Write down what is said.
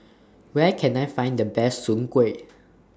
Where Can I Find The Best Soon Kuih